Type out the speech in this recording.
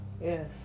Yes